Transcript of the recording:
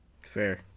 Fair